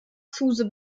zuse